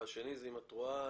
והשני אם את רואה,